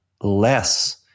less